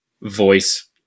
voice